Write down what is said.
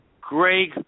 Greg